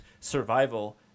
survival